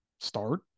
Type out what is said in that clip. start